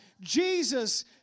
Jesus